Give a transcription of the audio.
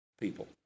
people